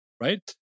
right